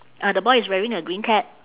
uh the boy is wearing a green cap